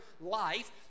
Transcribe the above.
life